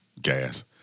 gas